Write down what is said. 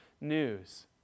news